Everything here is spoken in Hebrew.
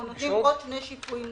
אנחנו נותנים שני שיפויים נוספים.